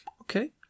Okay